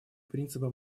принципа